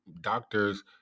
doctors